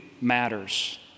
matters